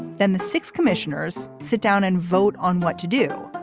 then the six commissioners sit down and vote on what to do.